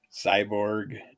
Cyborg